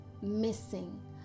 missing